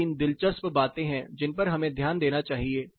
2 3 दिलचस्प बातें हैं जिन पर हमें ध्यान देना चाहिए